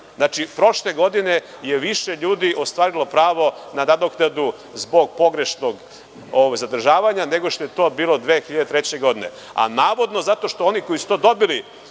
prošle godine je više ljudi ostvarilo pravo na nadoknadu zbog pogrešnog zadržavanja nego što je to bilo 2003. godine. Navodno, zato što oni koji su to dobili,